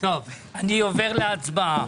אני עובר להצבעה